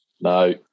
No